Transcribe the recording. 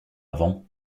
avant